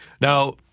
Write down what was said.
Now